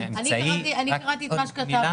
אני רק אזכיר שאמרנו ששרת התחבורה מגיעה